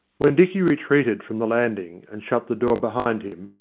when dicky retreated from the landing and shut the door behind him,